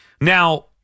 Now